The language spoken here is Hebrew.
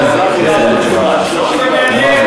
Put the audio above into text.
לא,